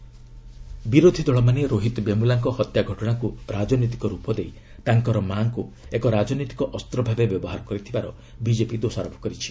ରୋହିତ ବେମ୍ବଲା ବିରୋଧି ଦଳମାନେ ରୋହିତ ବେମୁଲାଙ୍କ ହତ୍ୟା ଘଟଣାକୁ ରାଜନୈତିକ ରୂପ ଦେଇ ତାଙ୍କର ମା'ଙ୍କୁ ଏକ ରାଜନୈତିକ ଅସ୍ତ ଭାବେ ବ୍ୟବହାର କରିଥିବାର ବିକେପି ଦୋଷାରୋପ କରିଛି